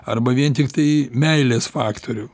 arba vien tiktai meilės faktorių